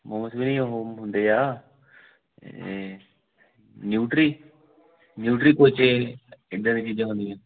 ਮੋਮਜ਼ ਵੀ ਨਹੀਂ ਉਹ ਹੁੰਦੇ ਆ ਇਹ ਨਿਊਟਰੀ ਨਿਊਟਰੀ ਕੁਛ ਇਹ ਇੱਦਾਂ ਦੀਆਂ ਚੀਜ਼ਾਂ ਹੁੰਦੀਆਂ